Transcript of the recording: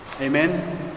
amen